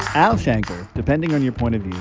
al shanker, depending on your point of view,